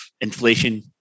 inflation